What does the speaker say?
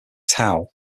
tao